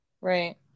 Right